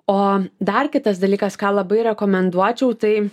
o dar kitas dalykas ką labai rekomenduočiau tai